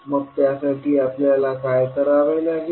मग त्यासाठी आपल्याला काय करावे लागेल